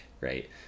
right